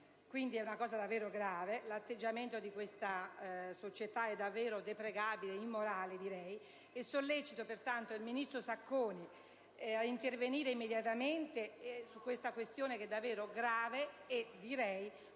Quindi, è un fatto davvero grave: l'atteggiamento di questa società è davvero deprecabile, e direi immorale. Sollecito pertanto il ministro Sacconi a intervenire immediatamente su tale situazione, che è davvero grave, e direi